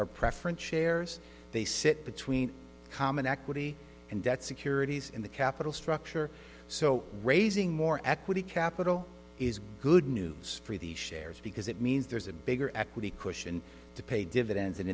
are preference shares they sit between common equity and debt securities in the capital structure so raising more equity capital is good news for the shares because it means there's a bigger equity cushion to pay dividends and